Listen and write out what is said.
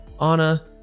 Anna